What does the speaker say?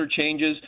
changes